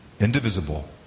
indivisible